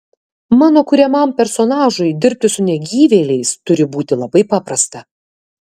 mano kuriamam personažui dirbti su negyvėliais turi būti labai paprasta